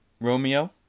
Romeo